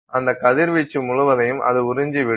அந்த கதிர்வீச்சு முழுவதையும் அது உறிஞ்சிவிடும்